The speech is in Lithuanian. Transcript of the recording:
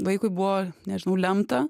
vaikui buvo nežinau lemta